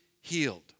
healed